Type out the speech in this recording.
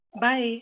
Bye